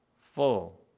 full